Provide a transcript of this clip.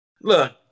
Look